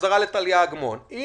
לטליה אגמון.